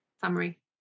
summary